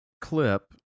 clip